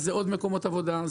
זה עוד מקומות עבודה,